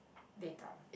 data